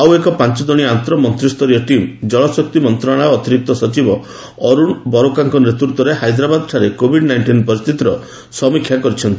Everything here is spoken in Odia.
ଆଉ ଏକ ପାଞ୍ଚ ଜଣିଆ ଆନ୍ତଃ ମନ୍ତ୍ରୀୟ ଟିମ୍ ଜଳ ଶକ୍ତି ମନ୍ତ୍ରଣାଳୟ ଅତିରିକ୍ତ ସଚିବ ଅର୍ଶ ବରୋକାଙ୍କ ନେତୃତ୍ୱରେ ହାଇଦ୍ରାବାଦଠାରେ କୋଭିଡ୍ ନାଇଣ୍ଟିନ୍ ପରିସ୍ଥିତିର ସମୀକ୍ଷା କରିଛନ୍ତି